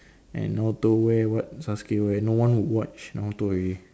and Naruto wear what Sasuke wear no one would watch Naruto already